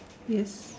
yes